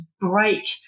break